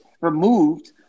removed